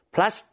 Plus